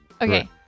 Okay